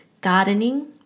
gardening